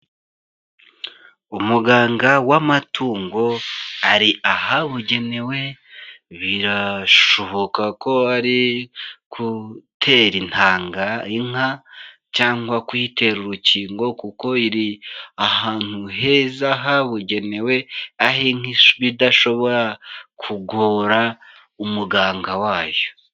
Umuganga w'amatungo ari ahabugenewe, birashoboka ko ari gutera intanga inka cyangwa kuyitera urukingo kuko iri ahantu heza habugenewe, aho inka iba idashobora kugora umuganga wayo.